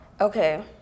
Okay